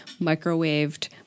microwaved